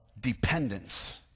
dependence